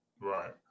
Right